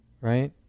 Right